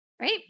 right